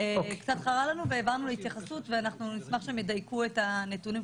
זה קצת חרה לנו והעברנו התייחסות ואנחנו נשמח שהם ידייקו את הנתונים.